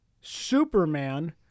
Superman